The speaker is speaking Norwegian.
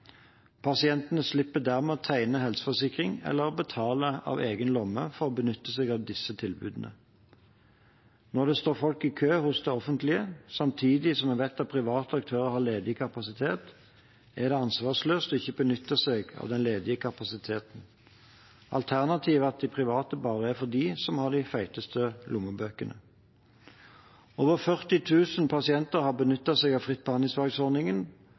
Pasientene slipper dermed å tegne helseforsikring eller betale av egen lomme for å benytte seg av disse tilbudene. Når det står folk i kø hos det offentlige, samtidig som vi vet at private aktører har ledig kapasitet, er det ansvarsløst ikke å benytte seg av den ledige kapasiteten. Alternativet er at de private bare er for dem som har de feteste lommebøkene. Over 40 000 pasienter har benyttet seg av fritt